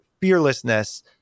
fearlessness